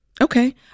okay